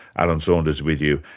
alan saunders with you,